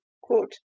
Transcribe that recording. Quote